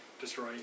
destroy